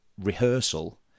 rehearsal